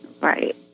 Right